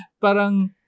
parang